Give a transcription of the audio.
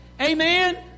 Amen